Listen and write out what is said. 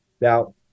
Now